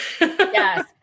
yes